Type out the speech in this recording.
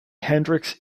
hendrix